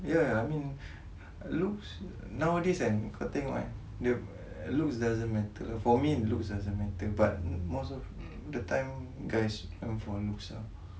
ya I mean looks nowadays kan kau tengok eh looks doesn't matter lah for me looks doesn't matter but most of the time guys go for looks ah which pada aku is just uh